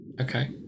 Okay